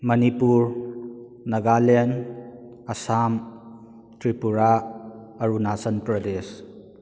Manipur Nagaland Assam Tripura Arunachal Pradesh